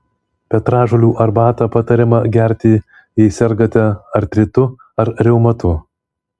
petražolių arbatą patariama gerti jei sergate artritu ar reumatu